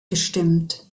gestimmt